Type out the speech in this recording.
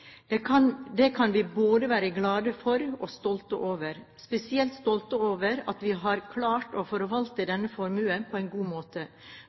Det kan vi være både glade for og stolte over – spesielt stolte over at vi har klart å forvalte denne formuen på en god måte,